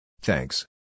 Thanks